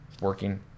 working